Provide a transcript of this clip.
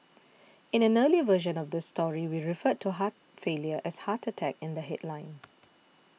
in an earlier version of this story we referred to heart failure as heart attack in the headline